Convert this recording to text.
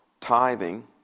tithing